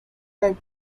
type